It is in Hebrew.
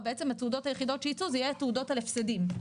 בעצם התעודות היחידות שייצאו זה יהיה תעודות על הפסדים,